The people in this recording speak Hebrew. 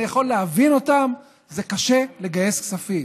אני יכול להבין אותם, זה קשה לגייס כספים.